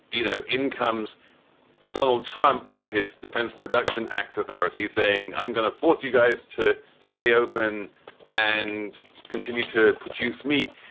you know, incomes donald trump with his defense production act authorities saying i'm going to force you guys to stay open and continue to produce meat.